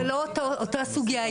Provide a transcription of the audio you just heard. זה לא אותה סוגייה,